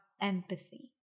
empathy